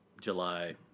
July